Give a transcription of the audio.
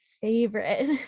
favorite